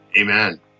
amen